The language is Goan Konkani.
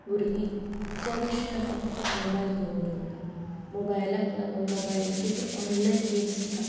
भुरगीं चडशीं आतां मोबायल घेवन रावतात मोबायलाक लागून मोबायलाची जी ऑनलायन गेम्स आसा